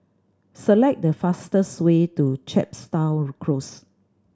select the fastest way to Chepstow Close